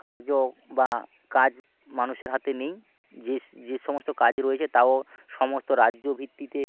কার্য বা কাজ মানুষের হাতে নেই যে যে সমস্ত কাজ রয়েছে তাও সমস্ত রাজ্য ভিত্তিতে